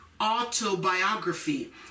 autobiography